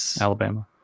Alabama